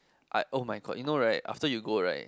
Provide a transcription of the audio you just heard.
I oh my god you know right after you go right